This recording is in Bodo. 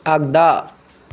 आगदा